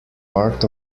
part